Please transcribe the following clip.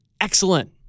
excellent